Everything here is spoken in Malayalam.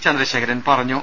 ചന്ദ്രശേഖരൻ പറഞ്ഞു